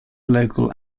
local